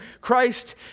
Christ